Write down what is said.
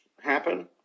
happen